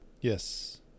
yes